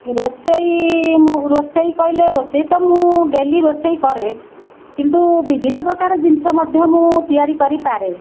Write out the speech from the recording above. ରୋଷେଇ ମୁଁ ରୋଷେଇ କହିଲେ ରୋଷେଇ ତ ମୁଁ ଡେଲି ରୋଷେଇ କରେ କିନ୍ତୁ ବିଭିନ୍ନ ପ୍ରକାର ଜିନିଷ ମଧ୍ୟ ମୁଁ ତିଆରି କରିପାରେ